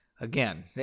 Again